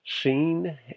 seen